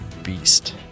beast